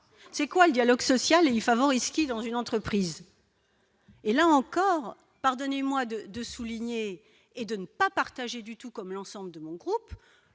c'est quoi le dialogue social et favori, ce qui, dans une entreprise. Et là encore, pardonnez-moi de, de souligner et de ne pas partager du tout comme l'ensemble de mon groupe